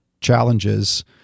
challenges